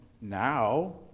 now